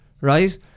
right